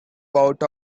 out